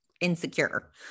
insecure